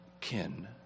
kin